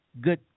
good